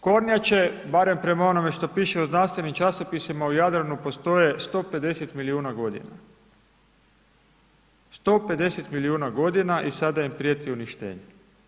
Kornjače, barem prema onome što piše u znanstvenim časopisima u Jadranu postoje 150 milijuna godina, 150 milijuna godina i sada im prijeti uništenje.